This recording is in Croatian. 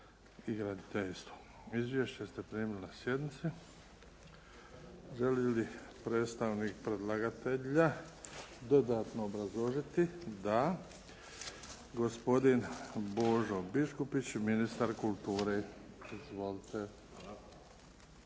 i graditeljstvo. Izvješće ste primili na sjednici. Želi li predstavnik predlagatelja dodatno obrazložiti? Da. Gospodin Božo Biškupić, ministar kulture. Izvolite.